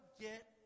Get